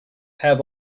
have